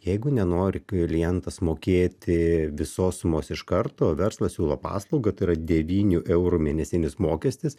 jeigu nenori klientas mokėti visos sumos iš karto verslas siūlo paslaugą tai yra devynių eurų mėnesinis mokestis